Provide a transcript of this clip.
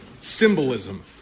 symbolism